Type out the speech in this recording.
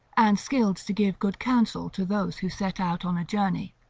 and skilled to give good counsel to those who set out on a journey.